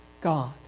God